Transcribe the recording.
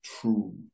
true